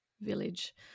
village